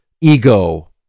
ego